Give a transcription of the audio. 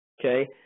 Okay